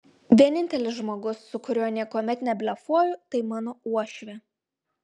vienintelis žmogus su kuriuo niekuomet neblefuoju tai mano uošvė